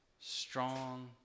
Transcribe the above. strong